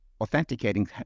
Authenticating